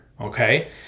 okay